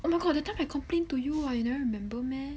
oh my god the time I complain to you [what] you never remember meh